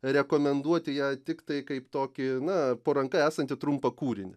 rekomenduoti ją tiktai kaip tokį na po ranka esanti trumpą kūrinį